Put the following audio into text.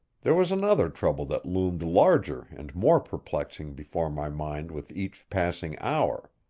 there was another trouble that loomed larger and more perplexing before my mind with each passing hour.